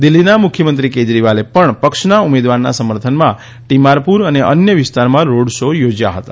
દિલ્ફીના મુખ્યમંત્રી કેજરીવાલે પણ પક્ષના ઉમેદવારના સમર્થનમાં ટીમારપુર અને અન્ય વિસ્તારોમાં રોડ શો યોજ્યા હતા